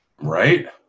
Right